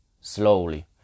slowly